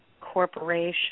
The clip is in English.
corporation